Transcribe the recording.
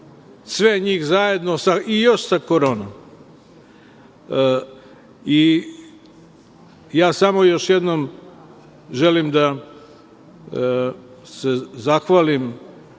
sve njih zajedno i još sa Koronom. Samo još jednom želim da se zahvalim